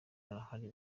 arahari